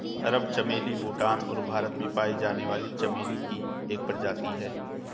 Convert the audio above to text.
अरब चमेली भूटान और भारत में पाई जाने वाली चमेली की एक प्रजाति है